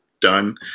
done